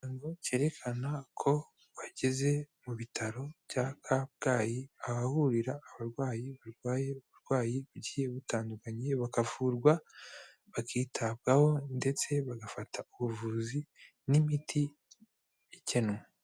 Ikirango cyerekana ko bageze mu bitaro bya Kabgayi, ahahurira abarwayi barwaye uburwayi bugiye butandukanye, bakavurwa bakitabwaho ndetse bagafata ubuvuzi n'imiti igenwe.